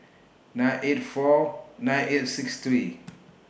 nine eight four nine eight six three